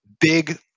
Big